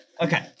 Okay